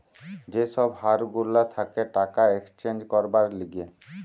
যে সব হার গুলা থাকে টাকা এক্সচেঞ্জ করবার লিগে